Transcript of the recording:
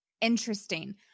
interesting